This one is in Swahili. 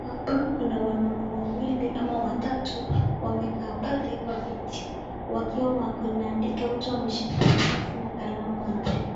Haoa kuna wanaume wawili ama watatu wamekaa pale kwa viti, wakiwa wanaandika. Wote wameshika karatasi na kalamu wanaandika.